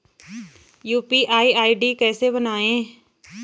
UPI ID कैसे बनायें?